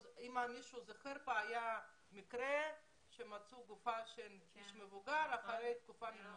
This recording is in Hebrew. זכור המקרה שמצאו גופה של איש מבוגר לאחר תקופה ממושכת.